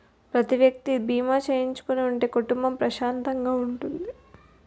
ప్రతి వ్యక్తి బీమా చేయించుకుని ఉంటే కుటుంబం ప్రశాంతంగా ఉంటుంది